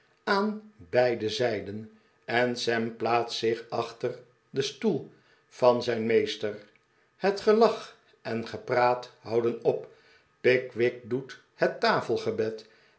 aan beide zij den en sam plaatst zich achter den stoel van zijn meester het gelach en gepraat houden op pickwick doet het